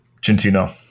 Gentino